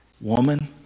Woman